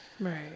Right